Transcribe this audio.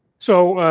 so,